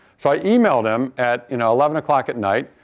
so, i e-mailed him at you know eleven o'clock at night,